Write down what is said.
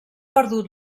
perdut